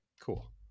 cool